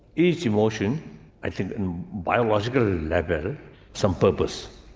each emotion i think biological level some purpose.